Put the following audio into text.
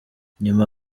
nyuma